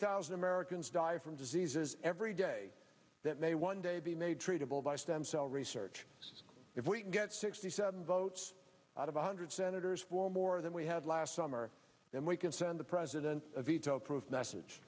thousand americans die from diseases every day that may one day be made treatable by stem cell research if we can get sixty seven votes out of one hundred senators for more than we had last summer then we can send the president a veto pro